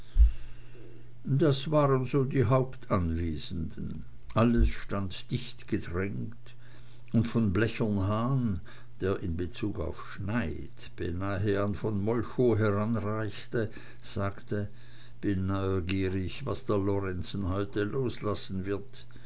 das waren so die hauptanwesenden alles stand dichtgedrängt und von blechernhahn der in bezug auf schneid beinah an von molchow heranreichte sagte bin neugierig was der lorenzen heute loslassen wird